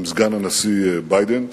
עם סגן הנשיא ביידן,